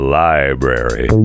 library